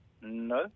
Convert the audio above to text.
No